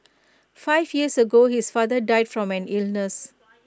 five years ago his father died from an illness